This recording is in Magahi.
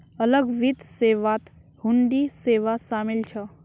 अलग वित्त सेवात हुंडी सेवा शामिल छ